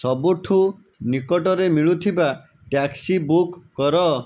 ସବୁଠୁ ନିକଟରେ ମିଳୁଥିବା ଟ୍ୟାକ୍ସି ବୁକ୍ କର